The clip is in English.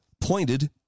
pointed